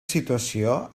situació